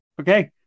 Okay